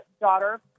daughter